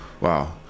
wow